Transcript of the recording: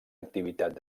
activitat